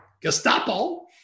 Gestapo